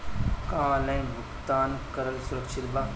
का ऑनलाइन भुगतान करल सुरक्षित बा?